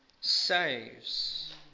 saves